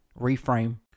reframe